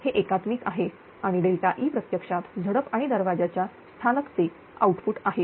हे एकात्मिक आहे आणि E प्रत्यक्षात झडप आणि दरवाजा च्या स्थानक यांचे आउटपुट आहे